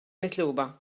mitluba